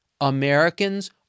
Americans